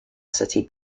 city